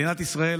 מדינת ישראל,